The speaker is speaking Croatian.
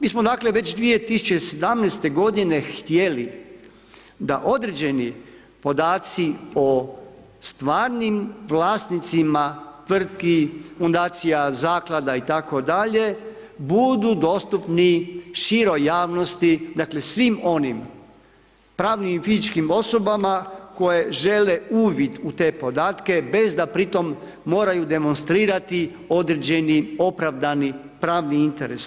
Mi smo dakle već 2017. godine htjeli da određeni podaci o stvarnim vlasnicima tvrtki, fundacija, zaklada itd. budu dostupni široj javnosti dakle svim onim pravnim i fizičkim osobama koje žele uvid u te podatke bez da pri tom moraju demonstrirati određeni opravdani pravni interes.